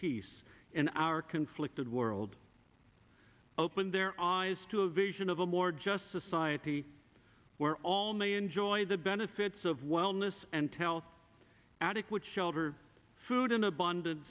peace in our conflicted world opened their eyes to a vision of a more just society where all may enjoy the benefits of wellness and tells adequate shelter food in abund